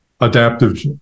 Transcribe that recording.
adaptive